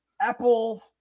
Apple